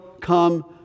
come